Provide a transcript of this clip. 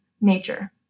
nature